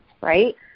right